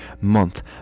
month